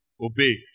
obey